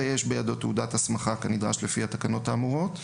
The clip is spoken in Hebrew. ויש בידו תעודת הסמכה כנדרש לפי התקנות האמורות.